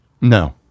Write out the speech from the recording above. No